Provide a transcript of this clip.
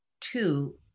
two